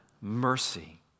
mercy